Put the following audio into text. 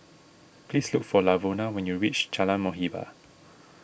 please look for Lavona when you reach Jalan Muhibbah